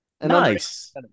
Nice